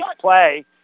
play